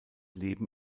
leben